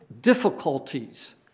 Difficulties